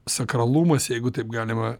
sakralumas jeigu taip galima